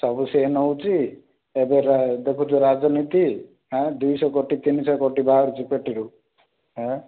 ସବୁ ସେ ନେଉଛି ଏବେରା ଦେଖୁଛୁ ରାଜନୀତି ହାଁ ଦୁଇଶହ କୋଟି ତିନିଶହ କୋଟି ବାହାରୁଛି ପେଟିରୁ ହାଁ